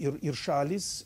ir ir šalys